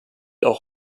auch